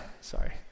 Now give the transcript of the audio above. sorry